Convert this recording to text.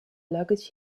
luggage